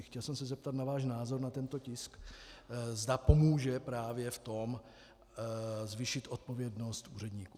Chtěl jsem se zeptat na váš názor na tento tisk, zda pomůže právě v tom zvýšit odpovědnost úředníků.